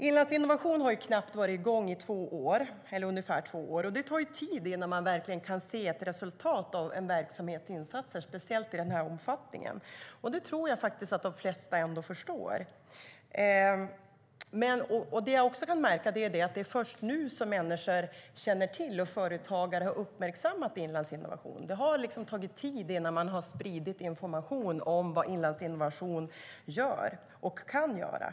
Inlandsinnovation har varit i gång i ungefär två år, och det tar tid innan man verkligen kan se ett resultat av en verksamhets insatser, speciellt i denna omfattning. Det tror jag faktiskt att de flesta ändå förstår. Det som jag också kan märka är att det är först nu som människor och företagare känner till och har uppmärksammat Inlandsinnovation. Det har tagit tid innan man har spridit information om vad Inlandsinnovation gör och kan göra.